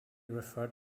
referred